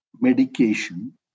medication